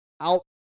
out